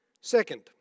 Second